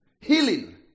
Healing